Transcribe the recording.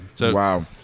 Wow